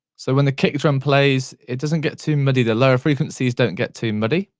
so when the kick drum plays it doesn't get too muddy. the lower frequencies don't get too muddy.